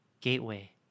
gateway